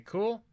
Cool